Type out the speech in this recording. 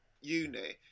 Uni